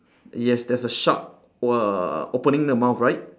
yes there's a shark uh opening the mouth right